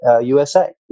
USA